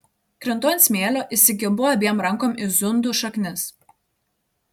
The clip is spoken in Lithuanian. krintu ant smėlio įsikimbu abiem rankom į zundų šaknis